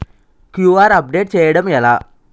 QR update చేయడం ఎలా?